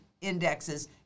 indexes